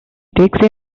takes